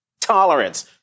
tolerance